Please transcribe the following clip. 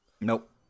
Nope